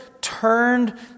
turned